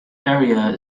area